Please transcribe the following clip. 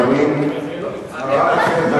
ראשון הדוברים, חבר הכנסת דב